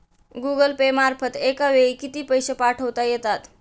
Google Pay मार्फत एका वेळी किती पैसे पाठवता येतात?